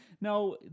now